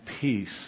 peace